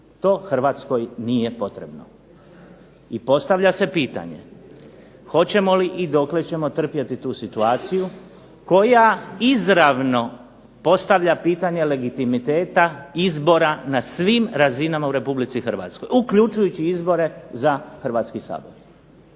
To Hrvatskoj nije potrebno. I postavlja se pitanje hoćemo li i dokle ćemo trpjeti tu situaciju koja izravno postavlja pitanje legitimiteta izbora na svim razinama u RH, uključujući izbore za Hrvatski sabor.